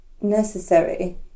necessary